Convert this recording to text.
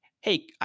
hey